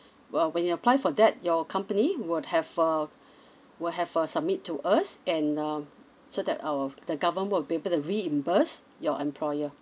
uh when you apply for that your company would have uh will have uh submit to us and um so that our the government will be able to reimburse your employer